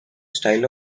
style